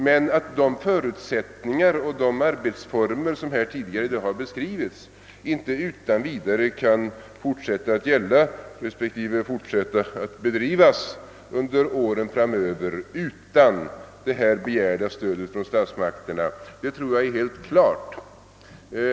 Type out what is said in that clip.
Men att de förutsättningar och arbetsformer som här tidigare beskrivits inte utan vidare kan fortsätta att gälla respektive upprätthållas under åren framöver utan det begärda stödet från statsmakterna står nog helt klart.